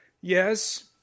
Yes